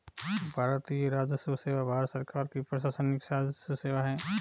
भारतीय राजस्व सेवा भारत सरकार की प्रशासनिक राजस्व सेवा है